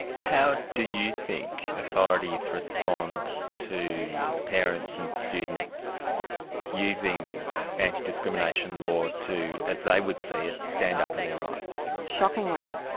how do you think authorities respond to parents and students using antidiscrimination law to, as they would see it, stand up for their rights? shockingly.